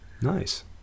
Nice